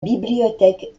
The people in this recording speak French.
bibliothèque